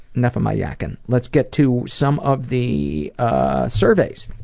enough of my yacking. let's get to some of the ah surveys.